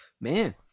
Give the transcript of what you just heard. man